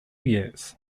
years